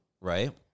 right